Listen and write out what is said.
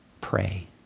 Pray